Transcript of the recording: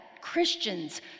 Christians